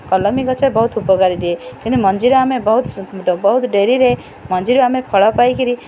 କଲମୀ ଗଛ ବହୁତ ଉପକାରୀ ଦିଏ କିନ୍ତୁ ମଞ୍ଜିରେ ଆମେ ବହୁତ ବହୁତ ଡେରିରେ ମଞ୍ଜିରୁ ଆମେ ଫଳ ପାଇକରି